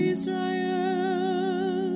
Israel